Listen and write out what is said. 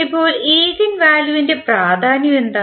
ഇപ്പോൾ ഈഗൻ വാല്യുവിൻറെ പ്രാധാന്യം എന്താണ്